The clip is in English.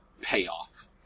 payoff